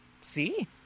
See